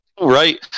Right